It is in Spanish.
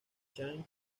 zhang